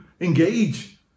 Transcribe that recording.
engage